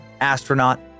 astronaut